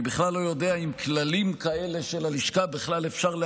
אני בכלל לא יודע אם כללים כאלה של הלשכה אפשר בכלל